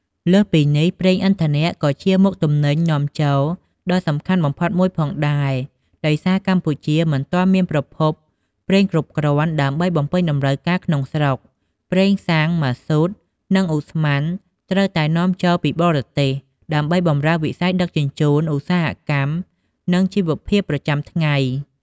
លើសពីនេះ ប្រេងឥន្ធនៈ ក៏ជាមុខទំនិញនាំចូលដ៏សំខាន់បំផុតមួយផងដែរ ដោយសារកម្ពុជាមិនទាន់មានប្រភពប្រេងគ្រប់គ្រាន់ដើម្បីបំពេញតម្រូវការក្នុងស្រុក ប្រេងសាំង ម៉ាស៊ូត និងឧស្ម័នត្រូវតែនាំចូលពីបរទេសដើម្បីបម្រើវិស័យដឹកជញ្ជូន ឧស្សាហកម្ម និងជីវភាពប្រចាំថ្ងៃ។